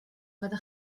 fydda